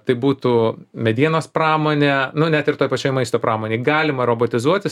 tai būtų medienos pramonė nu net ir toj pačioj maisto pramonėj galima robotizuotis